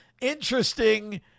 interesting